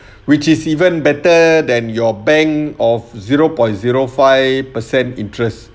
which is even better than your bank of zero point zero five percent interest